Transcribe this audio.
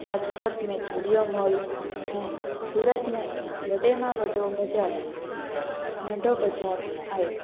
राजकोट में Zudio mall ऐं सूरत में वॾे में वॾो बजार नंढो बाज़ारि आहे